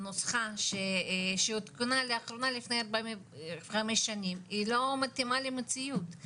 הנוסחה שעודכנה לאחרונה לפני חמש שנים היא לא מתאימה למציאות,